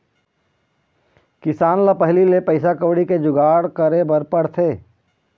किसान ल पहिली ले पइसा कउड़ी के जुगाड़ करे बर पड़थे